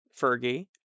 Fergie